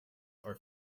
are